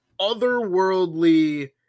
otherworldly